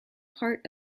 part